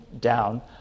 down